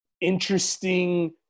interesting